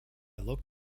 look